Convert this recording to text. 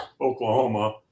Oklahoma